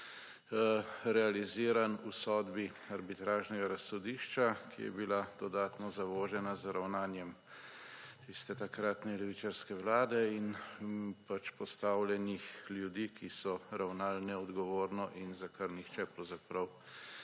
realiziran v sodbi arbitražnega sodišča, ki je bila dodatno zavožena z ravnanjem tiste takratne levičarske vlade in pač postavljenih ljudi, ki so ravnali neodgovorno in za kar nihče pravzaprav